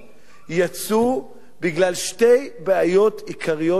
יצאו בגלל שתי בעיות עיקריות מרכזיות: